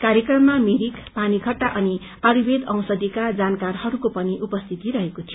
कार्यक्रममा मिरिक पानीषझ अनि आयुवेद औषधीका जानकारहस्को पनि उपस्थिति रहेको थियो